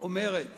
אומרת